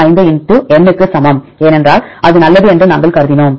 95 n க்கு சமம் ஏனென்றால் அது நல்லது என்று நாங்கள் கருதினோம்